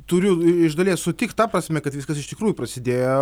turiu iš dalies sutikt ta prasme kad viskas iš tikrųjų prasidėjo